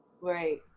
Right